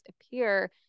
appear